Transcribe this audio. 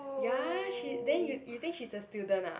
ya she then you you think she's a student ah